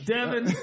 Devin